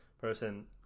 person